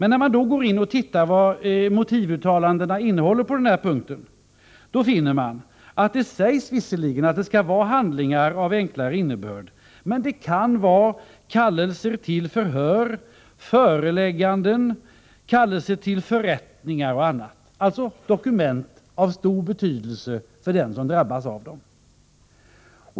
När man går in och tittar på vad motivuttalandena innehåller på den punkten finner man att det visserligen sägs att det skall vara handlingar av enklare innebörd, men det kan vara kallelse till förhör, förelägganden, kallelse till förrättningar och annat — alltså dokument av stor betydelse för den som drabbas av dem.